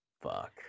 Fuck